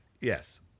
Yes